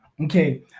okay